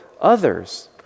others